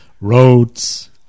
roads